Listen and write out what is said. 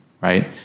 right